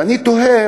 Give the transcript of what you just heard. ואני תוהה,